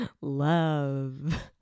Love